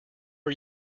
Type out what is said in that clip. are